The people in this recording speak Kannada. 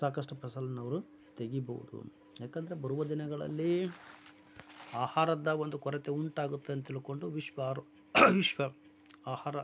ಸಾಕಷ್ಟು ಫಸಲನ್ನ ಅವರು ತೆಗಿಬೋದು ಯಾಕಂದರೆ ಬರುವ ದಿನಗಳಲ್ಲಿ ಆಹಾರದ ಒಂದು ಕೊರತೆ ಉಂಟಾಗುತ್ತೆ ಅಂತ ತಿಳ್ಕೊಂಡು ವಿಶ್ವ ಆರು ವಿಶ್ವ ಆಹಾರ